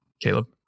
Caleb